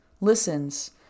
listens